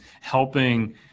helping